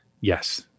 yes